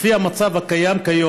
לפי המצב היום,